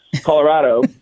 Colorado